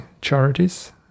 charities